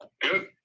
Good